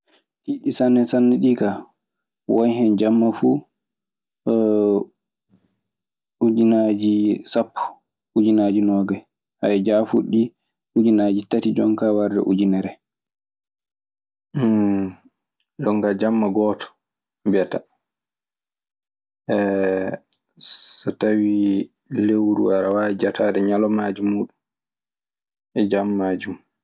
Tiɗɗi sane sane ɗi ka won hen. Jama fu udjunaji sapo udjunaji nogayi. jafu di ɗi ujunaji tati yade ujunere. so no ka jamma gooto mbiyata. so tawi lewru aɗa waawi jataade ñalawmaaji muɗum e jammaaji.